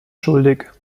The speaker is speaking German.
schuldig